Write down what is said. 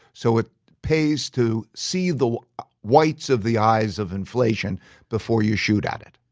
so it pays to see the whites of the eyes of inflation before you shoot at it.